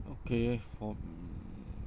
okay for mm